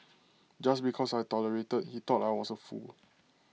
just because I tolerated he thought I was A fool